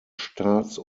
staats